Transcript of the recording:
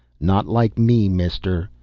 not like me, mister.